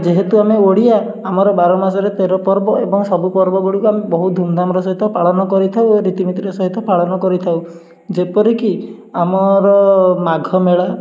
ଯେହେତୁ ଆମେ ଓଡ଼ିଆ ଆମର ବାର ମାସରେ ତେର ପର୍ବ ଏବଂ ସବୁ ପର୍ବ ଗୁଡ଼ିକ ଆମେ ବହୁ ଧୁମଧାମ୍ର ସହିତ ପାଳନ କରିଥାଉ ଓ ରୀତିନୀତିର ସହିତ ପାଳନ କରିଥାଉ ଯେପରିକି ଆମର ମାଘ ମେଳା